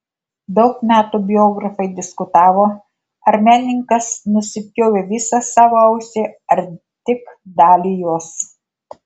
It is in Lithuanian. daug metų biografai diskutavo ar menininkas nusipjovė visą savo ausį ar tik dalį jos